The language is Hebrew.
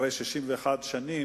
ואחרי 61 שנים,